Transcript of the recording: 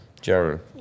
Jeremy